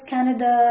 Canada